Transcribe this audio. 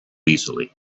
easily